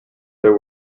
there